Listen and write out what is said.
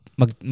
mag